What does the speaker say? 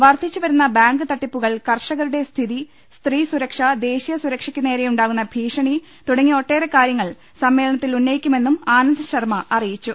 വർദ്ധിച്ചുവരുന്ന ബാങ്ക് തട്ടിപ്പുകൾ കർഷകരുടെ സ്ഥിതി സ്ത്രീ സുരക്ഷ ദേശീയ സുരക്ഷയ്ക്കുനേരെയുണ്ടാകുന്ന ഭീഷണി തുടങ്ങി ഒട്ടേറെ കാര്യങ്ങൾ സമ്മേളനത്തിൽ ഉന്നയിക്കു മെന്നും ആനന്ദ്ശർമ്മ അറിയിച്ചു